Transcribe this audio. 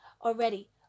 already